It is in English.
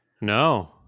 No